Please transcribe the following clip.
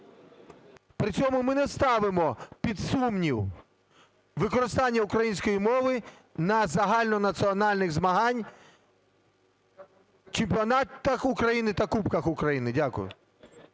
При цьому ми не ставимо під сумнів використання української мови на загальнонаціональних змаганнях, чемпіонатах України та кубках України. Дякую.